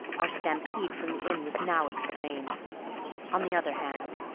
our stampede from the inn was now explained on the other hand,